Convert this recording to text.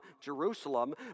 Jerusalem